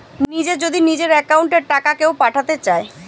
নিজে যদি নিজের একাউন্ট এ টাকা কেও পাঠাতে চায়